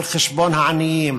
על חשבון העניים,